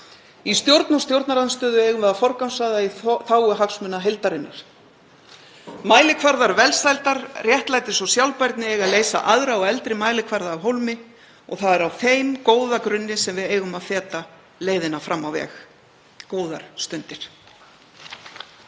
Í stjórn og stjórnarandstöðu eigum við að forgangsraða í þágu hagsmuna heildarinnar. Mælikvarðar velsældar, réttlætis og sjálfbærni eiga að leysa aðra og eldri mælikvarða af hólmi og það er á þeim góða grunni sem við eigum að feta leiðina fram á veg. — Góðar stundir.